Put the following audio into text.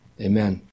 Amen